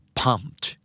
pumped